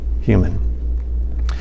human